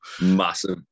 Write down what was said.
Massive